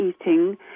eating